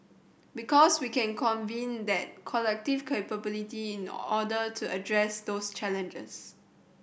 because we can convene that collective capability in order to address those challenges